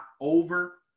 over